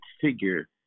figure